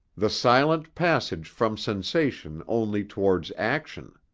the silent passage from sensation only towards action.